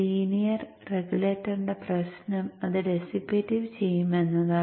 linear റെഗുലേറ്ററിന്റെ പ്രശ്നം അത് ഡിസിപെറ്റീവ് ചെയ്യും എന്നതാണ്